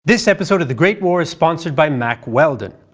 this episode of the great war is sponsored by mack wheldon.